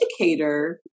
educator